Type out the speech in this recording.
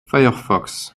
firefox